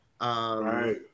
Right